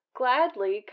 gladly